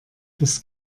das